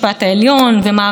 אז שקר מספר אחת,